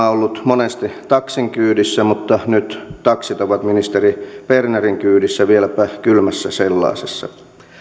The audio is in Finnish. ollut monesti taksin kyydissä mutta nyt taksit ovat ministeri bernerin kyydissä vieläpä kylmässä sellaisessa